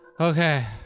Okay